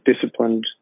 disciplined